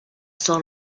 still